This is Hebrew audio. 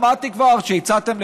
שמעתי כבר שהצעתם,